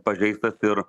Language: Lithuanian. pažeistas ir